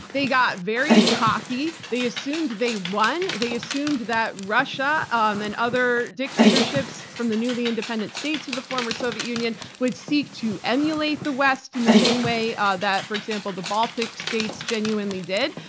they got very cocky. they assumed they won. they assumed that russia um and other dictatorships from the newly-independent states of the former soviet union would seek to emulate the west in the same way ah that, for example, the baltic states genuinely did.